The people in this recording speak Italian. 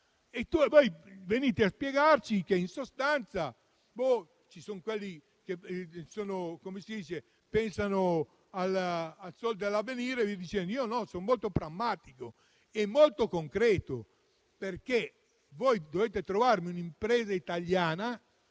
E voi venite a spiegarci che, in sostanza, ci sono quelli che pensano al sol dell'avvenire e via dicendo. Io no, io sono molto pragmatico e molto concreto: trovatemi un'impresa italiana,